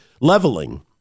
leveling